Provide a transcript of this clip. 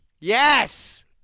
Yes